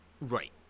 Right